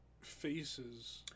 faces